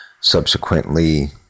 subsequently